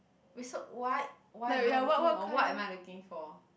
wait so what why am I looking or what am I looking for